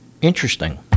Interesting